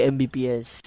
Mbps